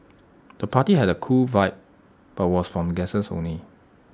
the party had A cool vibe but was for guests only